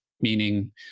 meaning